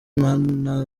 mana